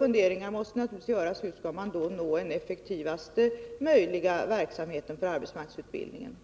Man måste då naturligtvis fundera över hur den effektivaste möjliga arbetsmarknadsutbildningsverksamheten skall kunna åstadkommas.